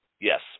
yes